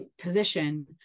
position